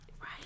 Right